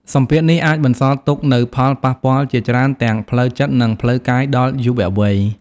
សម្ពាធនេះអាចបន្សល់ទុកនូវផលប៉ះពាល់ជាច្រើនទាំងផ្លូវចិត្ត និងផ្លូវកាយដល់យុវវ័យ ។